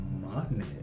money